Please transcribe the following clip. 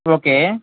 okay